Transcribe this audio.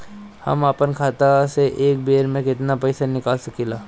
हम आपन खतवा से एक बेर मे केतना पईसा निकाल सकिला?